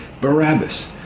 Barabbas